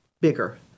bigger